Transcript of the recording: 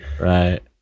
Right